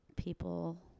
People